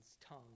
tongue